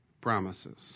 promises